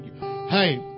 hey